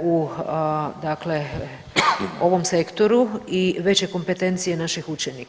u dakle ovom sektoru i veće kompetencije naših učenika.